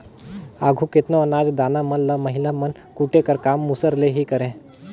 आघु केतनो अनाज दाना मन ल महिला मन कूटे कर काम मूसर ले ही करें